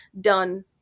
done